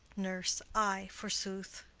nurse. ay, forsooth.